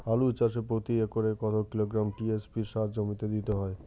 আলু চাষে প্রতি একরে কত কিলোগ্রাম টি.এস.পি সার জমিতে দিতে হয়?